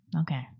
Okay